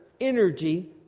energy